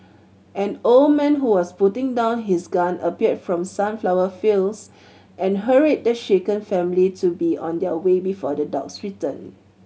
an old man who was putting down his gun appeared from the sunflower fields and hurried the shaken family to be on their way before the dogs return